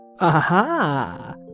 Aha